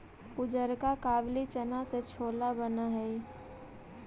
उजरका काबली चना से छोला बन हई